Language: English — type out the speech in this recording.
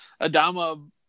Adama